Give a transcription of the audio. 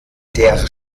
der